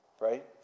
Right